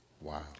Wow